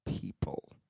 people